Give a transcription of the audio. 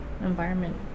environment